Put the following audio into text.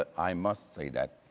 i must say that,